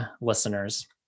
listeners